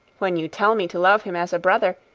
when you tell me to love him as a brother,